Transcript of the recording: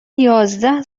یازده